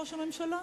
ראש הממשלה?